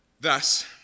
Thus